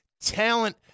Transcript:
talent